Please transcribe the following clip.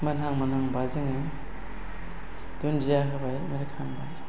मोनहां मोनहां बा जोङो दुन्दिया होबाय आरो खांबाय